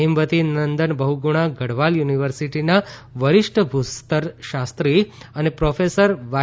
હેમવતી નંદન બહુગુણા ગઢવાલ યુનિવર્સિટીના વરિષ્ઠ ભૂસ્તરશાસ્ત્રી અને પ્રોફેસર વાય